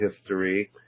history